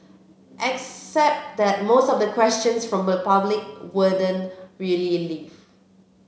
except that most of the questions from the public wouldn't really live